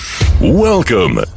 welcome